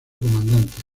comandante